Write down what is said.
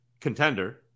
contender